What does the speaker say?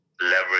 leverage